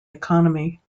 economy